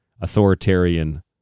authoritarian